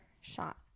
shot